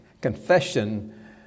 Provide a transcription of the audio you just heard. Confession